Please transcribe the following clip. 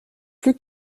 plus